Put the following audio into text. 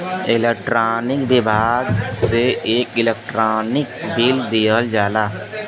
electronic विभाग से एक इलेक्ट्रानिक बिल दिहल जाला